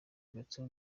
gato